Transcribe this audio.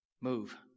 move